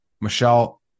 Michelle